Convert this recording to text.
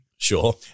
Sure